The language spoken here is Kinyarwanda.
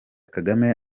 kagame